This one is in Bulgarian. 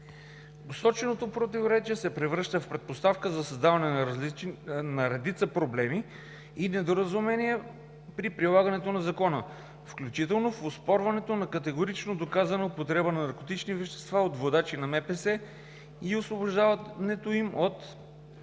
Посоченото противоречие се превръща в предпоставка за създаване на редица проблеми и недоразумения при прилагането на закона, включително за оспорването на категорично доказана употреба на наркотични вещества от водачи на МПС и освобождаването им от